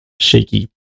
shaky